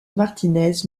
martínez